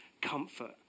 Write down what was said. comfort